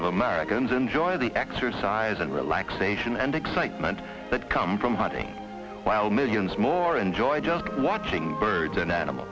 of americans enjoy the exercise and relaxation and excitement that come from hunting while millions more enjoy just watching birds and animal